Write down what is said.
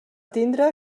tindre